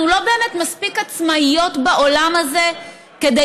אנחנו לא באמת מספיק עצמאיות בעולם הזה כדי